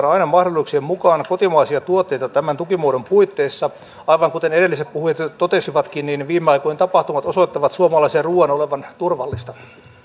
mahdollisuuksien mukaan kotimaisia tuotteita tämän tukimuodon puitteissa aivan kuten edelliset puhujat jo totesivatkin viime aikojen tapahtumat osoittavat suomalaisen ruuan olevan turvallista